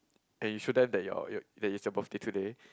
then you show them that your your that it's your birthday today